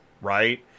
Right